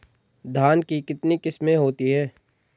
धान की कितनी किस्में होती हैं?